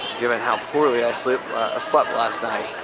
given how poorly i slept slept last night,